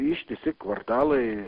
ištisi kvartalai